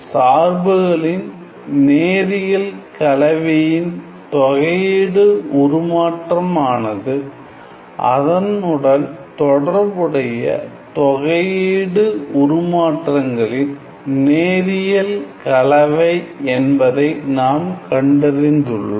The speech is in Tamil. சார்புகளின் நேரியல் கலவையின் தொகை உருமாற்றம் ஆனது அதனுடன் தொடர்புடைய தொகை உருமாற்றங்களின் நேரியல் கலவை என்பதை நாம் கண்டறிந்துள்ளோம்